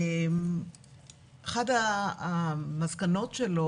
אחת המסקנות שלו,